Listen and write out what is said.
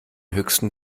höchsten